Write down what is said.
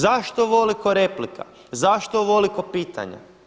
Zašto ovoliko replika, zašto ovoliko pitanja?